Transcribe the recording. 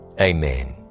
amen